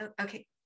okay